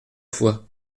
fois